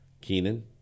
Keenan